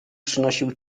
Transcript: przynosił